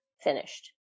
finished